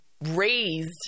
raised